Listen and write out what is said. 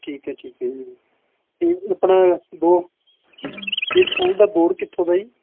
ਠੀਕ ਹੈ ਠੀਕ ਹੈ ਜੀ ਅਤੇ ਆਪਣਾ ਬੋ ਇਸ ਸਕੂਲ ਦਾ ਬੋਡ ਕਿੱਥੋਂ ਦਾ ਜੀ